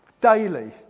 Daily